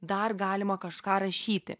dar galima kažką rašyti